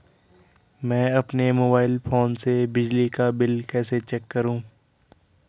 मैं अपने mobile phone से बिजली का बिल कैसे चेक करूं?